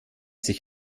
sich